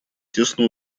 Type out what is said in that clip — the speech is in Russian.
тесно